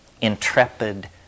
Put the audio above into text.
intrepid